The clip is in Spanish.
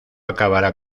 acabará